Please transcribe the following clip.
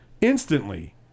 instantly